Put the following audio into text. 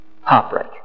heartbreak